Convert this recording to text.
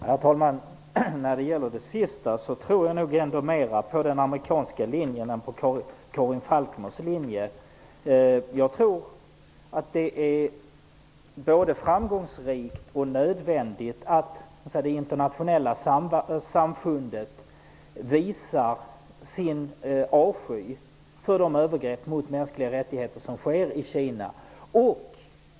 Herr talman! När det gäller det sistnämnda tror jag nog ändå mer på den amerikanska linjen än på Karin Falkmers. Jag tror att det är både framgångsrikt och nödvändigt att det internationella samfundet visar sin avsky för de övergrepp mot mänskliga rättigheter som sker i Kina.